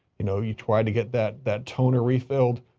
you know, you tried to get that, that toner refilled,